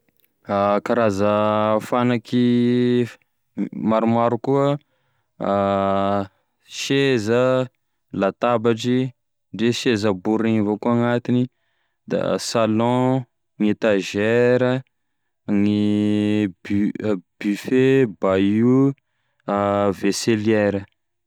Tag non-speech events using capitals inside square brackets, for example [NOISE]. [HESITATION] Karaza fanaky maromaro koa [HESITATION] seza, latabatry, ndre seza bory regny avao koa agnatiny, gne salon, gn'etazara, gny bu- buffet, bahut [HESITATION] vaisseliere.